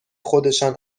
خودشان